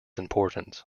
importance